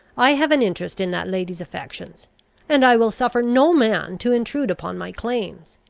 i have an interest in that lady's affections and i will suffer no man to intrude upon my claims.